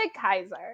Kaiser